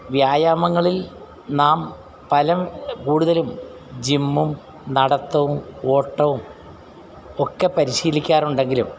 വ്യായാമങ്ങളിൽ നാം പലതും കൂടുതലും ജിമ്മും നടത്തവും ഓട്ടവും ഒക്കെ പരിശീലിക്കാറുണ്ടെങ്കിലും